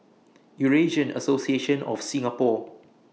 Eurasian Association of Singapore